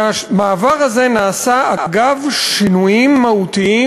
והמעבר הזה נעשה אגב שינויים מהותיים